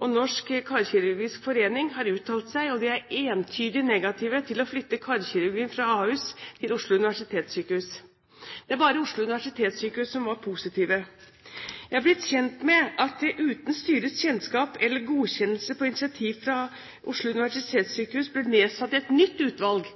og Norsk karkirurgisk forening, har uttalt seg. De er entydig negative til å flytte karkirurgien fra Ahus til Oslo universitetssykehus. Det var bare Oslo universitetssykehus som var positive. Jeg er blitt kjent med at det uten styrets kjennskap eller godkjennelse på initiativ fra Oslo universitetssykehus ble nedsatt et nytt utvalg